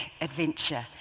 adventure